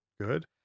Good